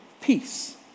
Peace